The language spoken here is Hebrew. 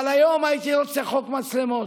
אבל היום הייתי רוצה חוק מצלמות.